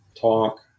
talk